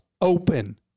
open